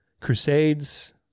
Crusades